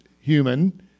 human